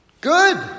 Good